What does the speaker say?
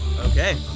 Okay